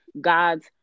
god's